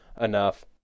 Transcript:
enough